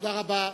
תודה רבה.